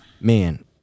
Man